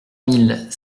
mille